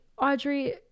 Audrey